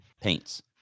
paints